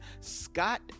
Scott